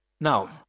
Now